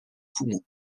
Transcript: poumons